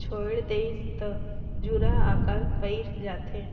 छोएड़ देहिस त झूरा आकाल पइर जाथे